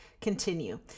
continue